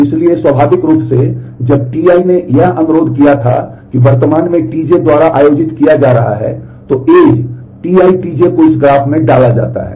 इसलिए स्वाभाविक रूप से जब Ti ने यह अनुरोध किया था कि वर्तमान में Tj द्वारा आयोजित किया जा रहा है तो एज Ti Tj को इस ग्राफ में डाला जाता है